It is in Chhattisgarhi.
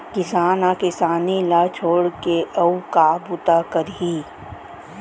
किसान ह किसानी ल छोड़ के अउ का बूता करही